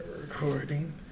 recording